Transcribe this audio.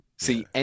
See